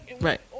Right